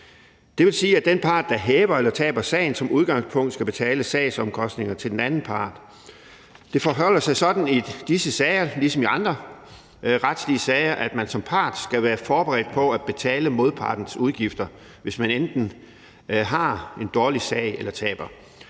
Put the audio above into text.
Det vil sige, at den part, der hæver eller taber sagen, som udgangspunkt skal betale sagsomkostninger til den anden part. Det forholder sig sådan i disse sager ligesom i andre retslige sager, at man som part skal være forberedt på at betale modpartens udgifter, hvis man enten har en dårlig sag eller taber.